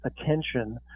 attention